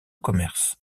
commerce